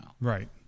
Right